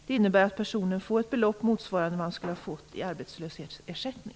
Det innebär att en person får ett belopp motsvarande det han skulle ha fått i arbetslöshetsersättning.